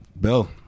Bill